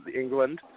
England